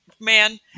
man